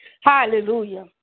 Hallelujah